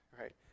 right